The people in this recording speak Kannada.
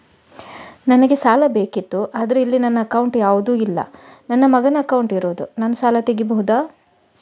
ನನಗೆ ಸಾಲ ಬೇಕಿತ್ತು ಆದ್ರೆ ಇಲ್ಲಿ ನನ್ನ ಅಕೌಂಟ್ ಯಾವುದು ಇಲ್ಲ, ನನ್ನ ಮಗನ ಅಕೌಂಟ್ ಇರುದು, ನಾನು ಸಾಲ ತೆಗಿಬಹುದಾ?